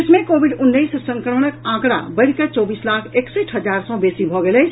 देश मे कोविड उन्नैस संक्रमणक आंकड़ा बढ़िकऽ चौबीस लाख एकसठि हजार सँ बेसी भऽ गेल अछि